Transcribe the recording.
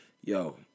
Yo